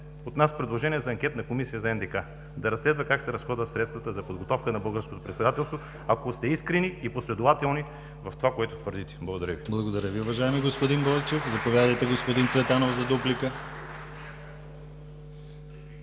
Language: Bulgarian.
от нас предложение за анкетна комисия за НДК – да разследва как се изразходват средствата за подготовката на българското председателство, ако сте искрени и последователни в това, което твърдите. ПРЕДСЕДАТЕЛ